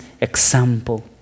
example